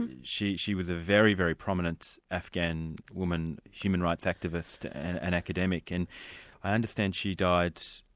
and she she was a very, very prominent afghan woman human rights activist, and academic. and i understand she died,